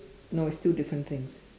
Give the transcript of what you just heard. no it's two different things